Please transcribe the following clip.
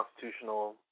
constitutional